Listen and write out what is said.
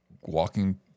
walking